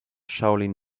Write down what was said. shaolin